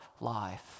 life